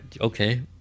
Okay